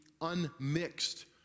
unmixed